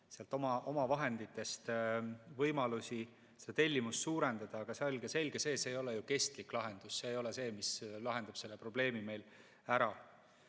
omavahenditest võimalusi seda tellimust suurendada, aga selge see, et see ei ole ju kestlik lahendus. See ei ole see, mis lahendab selle probleemi ära.